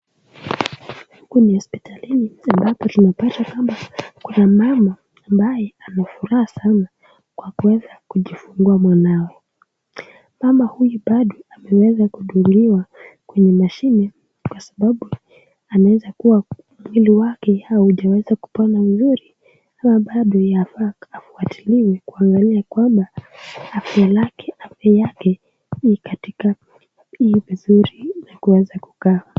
Huku ni hospitalini ambapo tunapata kwamba kuna mama ambaye ana furaha sana kwa kuweza kujifungua mwanawe. Mama huyu bado ameweza kudungiwa kwenye mashine kwa sababu anaweza kuwa mwili wake haujaweza kupona vizuri ama bado yafaa afuatiliwe kuangalia kwamba afya lake, afya yake iko katika, iko vizuri na kuweza kukaa.